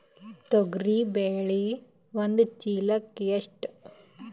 ತೊಗರಿ ಬೇಳೆ ಒಂದು ಚೀಲಕ ಎಷ್ಟು?